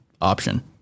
option